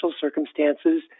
circumstances